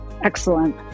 Excellent